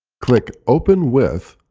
click open with,